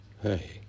Hey